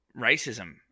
racism